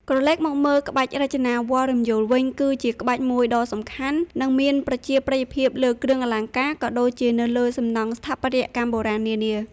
ក្រឡេកមកមើលក្បាច់រចនាវល្លិ៍រំយោលវិញ គឺជាក្បាច់មួយដ៏សំខាន់ និងមានប្រជាប្រិយភាពលើគ្រឿងអលង្ការ ក៏ដូចជានៅលើសំណង់ស្ថាបត្យកម្មបុរាណនានា។